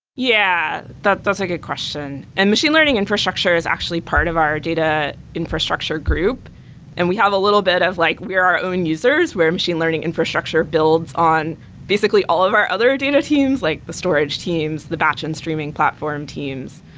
yeah. that's that's a good question, and machine learning infrastructure is actually part of our data infrastructure group and we have a little bit of like we're our own users where machine learning infrastructure builds basically all of our other data teams, like the storage teams, the batch end streaming platform teams.